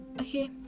okay